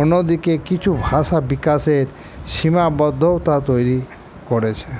অন্যদিকে কিছু ভাষা বিকাশের সীমাবদ্ধতা তৈরি করেছে